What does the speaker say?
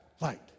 Light